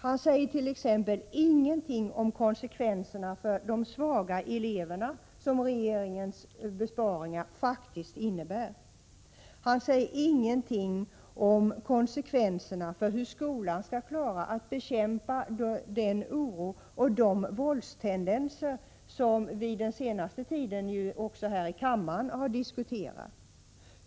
Han säger t.ex. ingenting om de konsekvenser för de svaga eleverna som regeringens besparingar faktiskt innebär. Han säger ingenting om konsekvenserna för hur skolan skall klara att bekämpa den oro och de våldstendenser som vi den senaste tiden också här i kammaren har diskuterat.